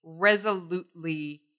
resolutely